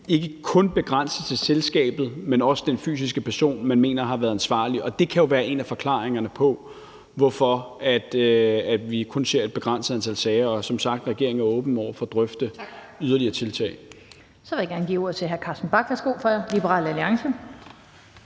ikke kun begrænses til selskabet, men også til den fysiske person, som man mener har været ansvarlig, og det kan jo være en af forklaringerne på, hvorfor vi kun ser et begrænset antal sager. Og som sagt er regeringen åben over for at drøfte yderligere tiltag. Kl. 17:46 Den fg. formand (Annette Lind): Tak. Så vil jeg gerne give ordet til hr. Carsten Bach for Liberal Alliance.